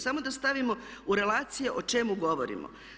Samo da stavimo u relacije o čemu govorimo.